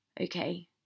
Okay